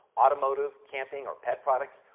automotive, camping, or pet products,